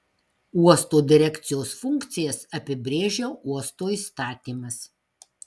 uosto direkcijos funkcijas apibrėžia uosto įstatymas